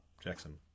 Jackson